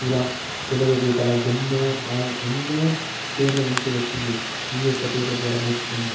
ఇలా తెలుగుకి గల ఎన్నో ఎన్నో పేర్ల నుంచి వచ్చింది ఈ యొక్క పేర్ల ద్వారా నేర్చుకున్నాము